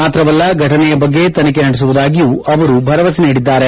ಮಾತ್ರವಲ್ಲ ಫೆಟನೆಯ ಬಗ್ಗೆ ತನಿಖೆ ನಡೆಸುವುದಾಗಿಯೂ ಅವರು ಭರವಸೆ ನೀಡಿದ್ದಾರೆ